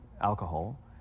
alcohol